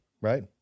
right